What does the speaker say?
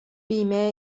بیمه